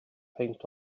peint